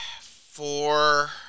four